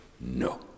no